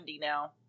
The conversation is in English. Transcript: now